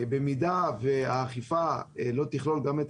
במידה שהאכיפה לא תכלול גם את